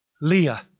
Leah